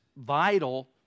vital